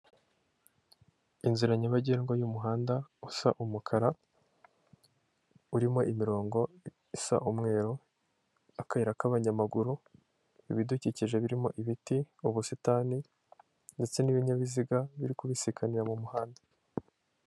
Inzira nyabagendwa y'umuhanda usa umukara, urimo imirongo isa umweru, akayira k'abanyamaguru, ibidukikije birimo ibiti, ubusitani ndetse n'ibinyabiziga biri kubisikanira mu muhanda.